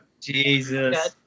Jesus